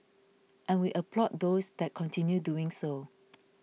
and we applaud those that continue doing so